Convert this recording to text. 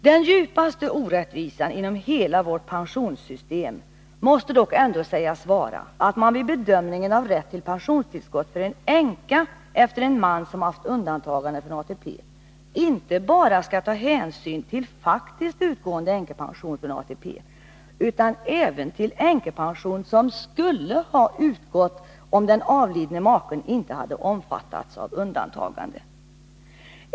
Den djupaste orättvisan inom hela vårt pensionssystem måste dock sägas vara, att man vid bedömningen av rätt till pensionstillskott för en änka efter en man som haft undantagande från ATP inte bara skall ta hänsyn till faktiskt utgående änkepension från ATP utan även till änkepension som skulle ha utgått om den avlidne maken inte hade omfattats av undantagande.